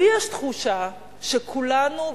לי יש תחושה שכולנו,